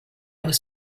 was